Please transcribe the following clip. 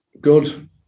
good